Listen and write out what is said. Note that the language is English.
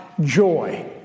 joy